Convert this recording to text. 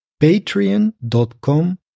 patreon.com